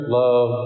love